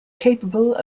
capable